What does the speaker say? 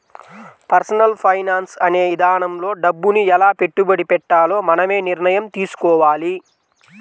personal finance అనే ఇదానంలో డబ్బుని ఎలా పెట్టుబడి పెట్టాలో మనమే నిర్ణయం తీసుకోవాలి